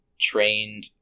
trained